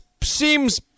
seems